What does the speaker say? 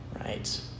right